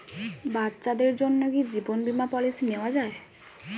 বাচ্চাদের জন্য কি জীবন বীমা পলিসি নেওয়া যায়?